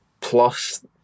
plus